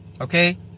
Okay